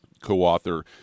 Co-author